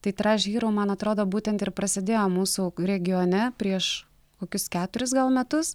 tai treš hyrou man atrodo būtent ir prasidėjo mūsų regione prieš kokius keturis gal metus